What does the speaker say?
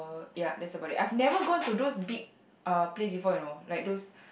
ya that's about it I've never gone to those big uh place before you know like those